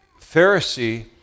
Pharisee